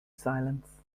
silence